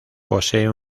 posee